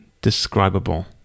Describable